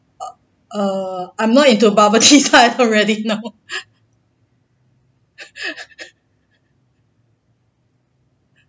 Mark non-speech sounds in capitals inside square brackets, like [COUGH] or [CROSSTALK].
uh uh I'm not into bubble tea type already now [LAUGHS]